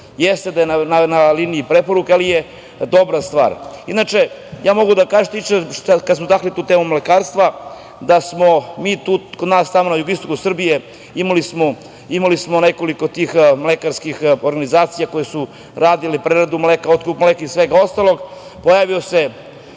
Jeste da je na liniji preporuke, ali je dobra stvar. Inače, kada smo dotakli tu temu mlekarstva, kod nas na jugoistoku Srbije imali smo nekoliko tih mlekarskih organizacija koje su radile preradu mleka, otkup mleka i svega ostalog. Pojavila se